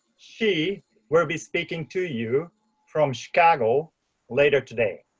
she will be speaking to you from chicago later today.